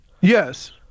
Yes